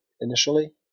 initially